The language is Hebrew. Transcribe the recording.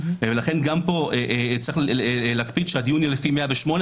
ולכן גם פה צריך להקפיד שהדיון יהיה לפי 108,